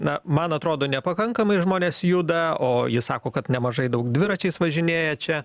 na man atrodo nepakankamai žmonės juda o ji sako kad nemažai daug dviračiais važinėja čia